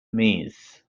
maze